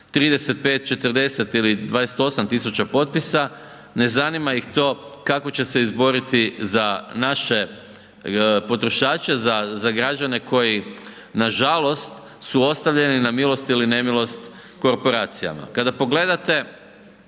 35, 40 ili 28.000 potpisa, ne zanima ih to kako će se izboriti za naše potrošače, za građane koji nažalost su ostavljeni na milost ili nemilost korporacijama. Kada pogledate